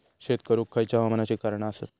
शेत करुक खयच्या हवामानाची कारणा आसत?